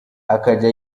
akajya